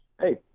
hey